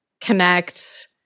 connect